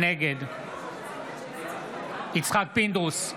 נגד יצחק פינדרוס,